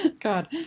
God